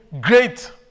great